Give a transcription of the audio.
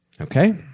Okay